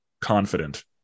confident